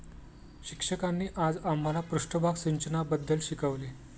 शिक्षकांनी आज आम्हाला पृष्ठभाग सिंचनाबद्दल शिकवले